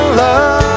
love